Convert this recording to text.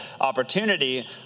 opportunity